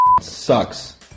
sucks